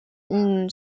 une